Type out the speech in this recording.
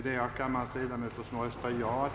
Herr talman!